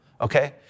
okay